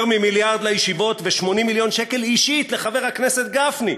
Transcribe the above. יותר ממיליארד לישיבות ו-80 מיליון שקל אישית לחבר הכנסת גפני,